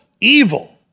evil